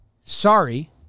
Sorry